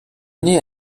née